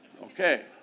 Okay